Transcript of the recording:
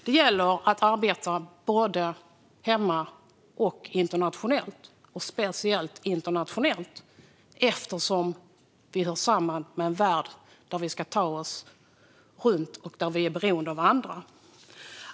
Det gäller att arbeta både hemma och speciellt internationellt, eftersom vi hör samman med en värld där vi ska ta oss runt och där vi är beroende av andra.